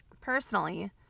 Personally